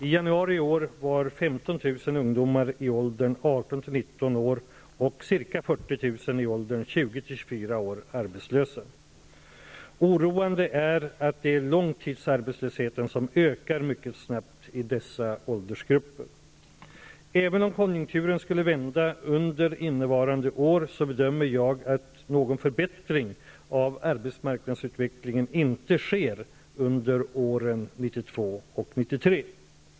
I januari i år var 15 000 20--24 år arbetslösa. Oroande är att det är långtidsarbetslösheten som ökar mycket snabbt i dessa åldersgrupper. Även om konjunkturen skulle vända under innevarande år så bedömer jag att någon förbättring av arbetsmarknadsutvecklingen inte sker under åren 1992 och 1993.